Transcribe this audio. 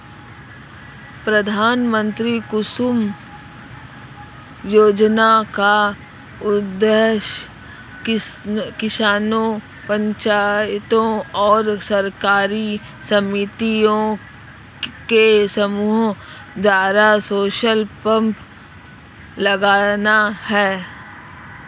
प्रधानमंत्री कुसुम योजना का उद्देश्य किसानों पंचायतों और सरकारी समितियों के समूह द्वारा सोलर पंप लगाना है